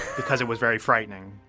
because it was very frightening